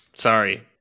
Sorry